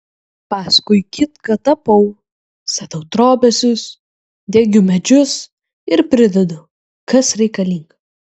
paskui kitką tapau statau trobesius diegiu medžius ir pridedu kas reikalinga